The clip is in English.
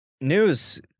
News